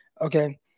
okay